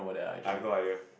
I have no idea